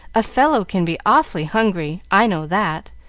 a fellow can be awfully hungry, i know that.